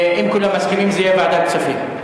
אם כולם מסכימים, זה יהיה ועדת הכספים.